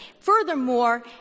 Furthermore